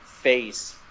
face